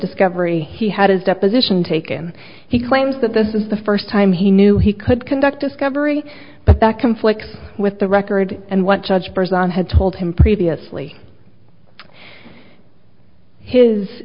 discovery he had his deposition taken he claims that this is the first time he knew he could conduct discovery but that conflicts with the record and what judge present had told him previously his